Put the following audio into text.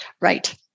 Right